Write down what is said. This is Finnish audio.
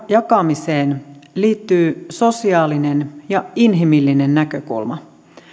jakamiseen liittyy sosiaalinen ja inhimillinen näkökulma